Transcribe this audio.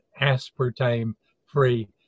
aspartame-free